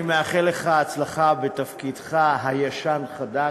אני מאחל לך הצלחה בתפקידך הישן-חדש.